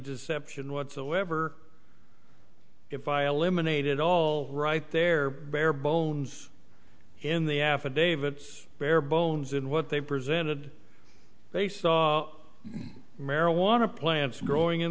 deception whatsoever if i eliminated all right their bare bones in the affidavits bare bones in what they presented they saw marijuana plants growing in